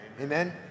Amen